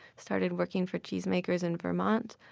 started working for cheesemakers in vermont.